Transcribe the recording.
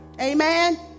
Amen